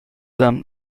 them